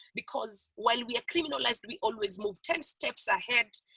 because while we are criminalised we always move ten steps ahead,